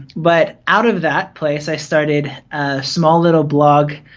but out of that place, i started a small little blog